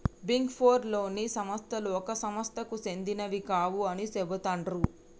big four లోని సంస్థలు ఒక సంస్థకు సెందినవి కావు అని చెబుతాండ్రు